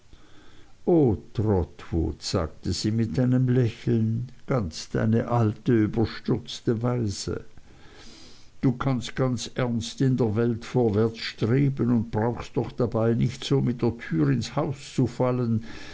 sagte sie mit einem lächeln ganz deine alte überstürzte weise du kannst ganz ernst in der welt vorwärts streben und brauchst doch dabei nicht so mit der tür ins haus zu fallen